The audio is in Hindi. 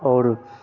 और